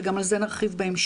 וגם על זה נרחיב בהמשך.